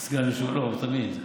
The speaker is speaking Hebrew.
תמיד.